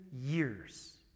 years